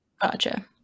Gotcha